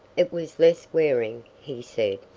it was less wearing, he said.